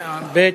מי אחריך?